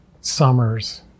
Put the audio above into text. summers